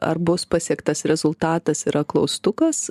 ar bus pasiektas rezultatas yra klaustukas